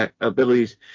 abilities